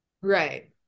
Right